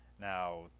Now